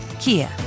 Kia